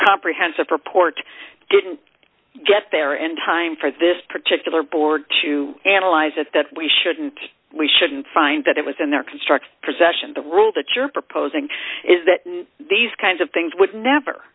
comprehensive report didn't get there in time for this particular board to analyze it that we shouldn't we shouldn't find that it was in their constructive possession the rule that you're proposing is that these kinds of things would never